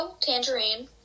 Tangerine